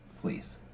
please